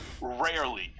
rarely